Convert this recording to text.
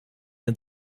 het